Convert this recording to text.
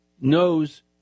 knows